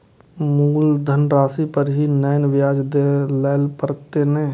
मुलधन राशि पर ही नै ब्याज दै लै परतें ने?